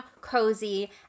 cozy